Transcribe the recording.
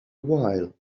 while